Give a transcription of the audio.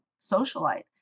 socialite